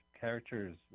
characters